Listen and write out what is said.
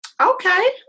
okay